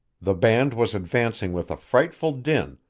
the band was advancing with a frightful din,